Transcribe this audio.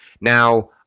Now